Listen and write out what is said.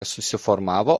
susiformavo